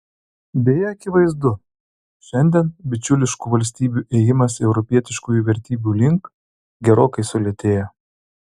deja akivaizdu šiandien bičiuliškų valstybių ėjimas europietiškųjų vertybių link gerokai sulėtėjo